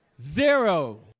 zero